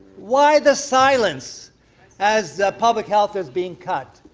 why the silence as public health is being cut?